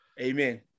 Amen